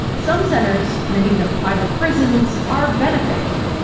some centers, many of them private prisons, are benefitting.